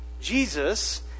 Jesus